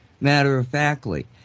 matter-of-factly